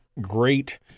great